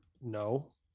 No